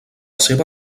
seva